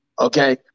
okay